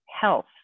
health